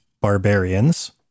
barbarians